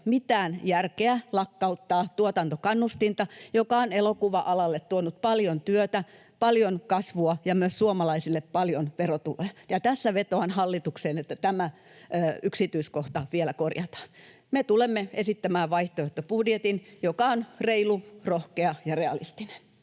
mitään järkeä lakkauttaa tuotantokannustinta, joka on elokuva-alalle tuonut paljon työtä, paljon kasvua ja myös suomalaisille paljon verotuloja. Tässä vetoan hallitukseen, että tämä yksityiskohta vielä korjataan. Me tulemme esittämään vaihtoehtobudjetin, joka on reilu, rohkea ja realistinen.